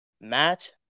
Matt